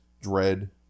dread